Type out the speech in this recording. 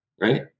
right